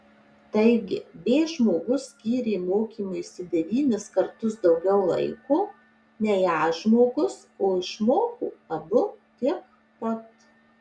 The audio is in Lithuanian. taigi b žmogus skyrė mokymuisi devynis kartus daugiau laiko nei a žmogus o išmoko abu tiek pat